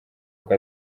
uko